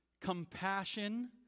compassion